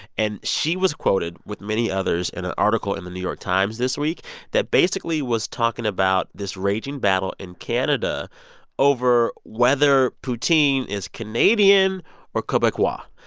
and she was quoted with many others in an article in the new york times this week that basically was talking about this raging battle in canada over whether poutine is canadian or quebecois.